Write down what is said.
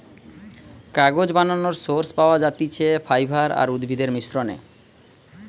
কাগজ বানানোর সোর্স পাওয়া যাতিছে ফাইবার আর উদ্ভিদের মিশ্রনে